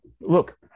Look